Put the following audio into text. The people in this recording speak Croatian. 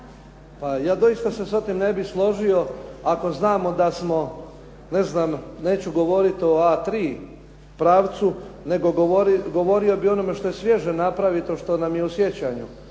Pa ja doista se s tim ne bih složio ako znamo da smo ne znam neću govoriti o A3 pravcu, nego govorio bih o onome što je svježe napravito, što nam je u sjećanju.